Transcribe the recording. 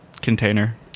container